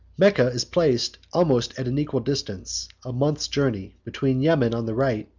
mecca is placed almost at an equal distance, a month's journey, between yemen on the right,